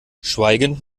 schweigend